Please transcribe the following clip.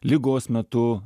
ligos metu